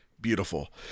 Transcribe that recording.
beautiful